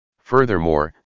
Furthermore